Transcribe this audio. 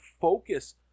focus